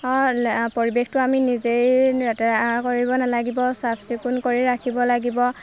পৰিৱেশটো আমি নিজেই লেতেৰা কৰিব নালাগিব চাফ চিকুণ কৰি ৰাখিব লাগিব